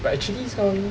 but actually some